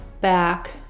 back